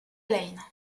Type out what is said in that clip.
lane